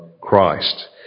Christ